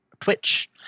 twitch